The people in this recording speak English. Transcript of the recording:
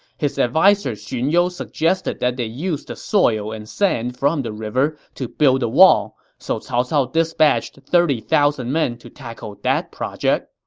his adviser xun you suggested that they use the soil and sand from the river to build a wall, so cao cao dispatched thirty thousand men to tackle that project.